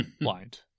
Blind